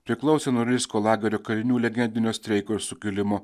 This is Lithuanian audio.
priklausė norilsko lagerio kalinių legendinio streiko ir sukilimo